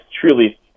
truly